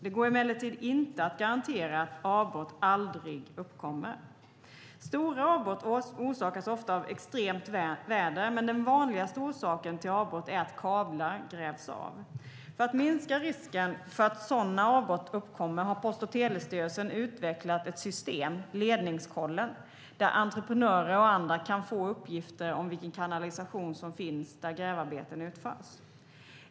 Det går emellertid inte att garantera att avbrott aldrig uppkommer. Stora avbrott orsakas ofta av extremt väder men den vanligaste orsaken till avbrott är att kablar grävs av. För att minska risken för att sådana avbrott uppkommer har Post och telestyrelsen, PTS, utvecklat ett system, Ledningskollen, där entreprenörer och andra kan få uppgifter om vilken kanalisation som finns där grävarbeten utförs.